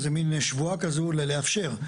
זו מן שבועה כזאת, ל-"לאפשר".